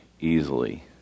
easily